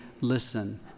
listen